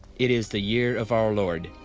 it is the year of our lord,